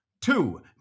Two